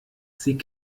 sie